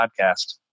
Podcast